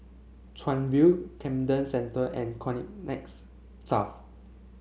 Chuan View Camden Centre and Connexis South